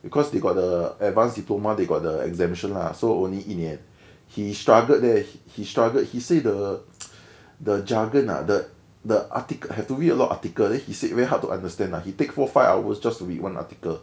because they got the advanced diploma they got the exemption lah so only 一年 he struggled there he struggled he said the the the jargon ah the the article have to read a lot of article then he said very hard to understand lah he take four five hours just to read one article